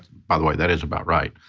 by the way that is about right.